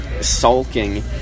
sulking